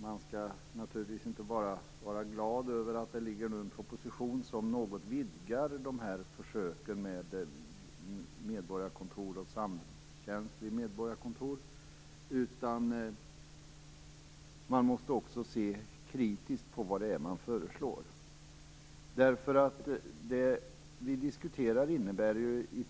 Man skall naturligtvis inte bara vara glad över att en proposition föreligger som något vidgar försöken med medborgarkontor och samtjänst vid medborgarkontor. Man måste också se kritiskt på vad det är som föreslås. Det som vi diskuterar innebär nämligen i